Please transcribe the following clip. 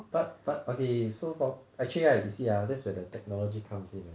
but but okay so st~ actually right you see ah that's where the technology comes in